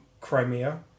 crimea